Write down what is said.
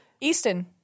Easton